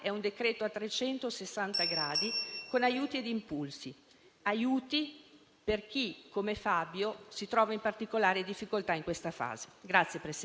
È questo un elemento che ci dovrebbe sempre caratterizzare, al di là delle fasi e delle parti politiche che ciascuno di noi ricopre.